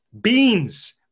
Beans